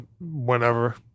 Whenever